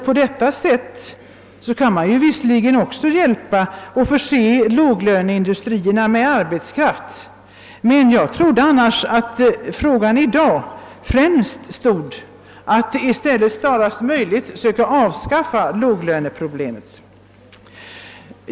På detta sätt kan man visserligen hjälpa till att förse låglöneindustrierna med arbetskraft, men jag trodde att frågan i dag främst gällde att snarast möjligt försöka avskaffa låglöneproblemet.